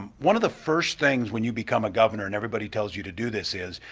um one of the first things when you become a governor and everybody tells you to do this is,